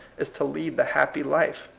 is to lead the happy life.